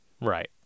right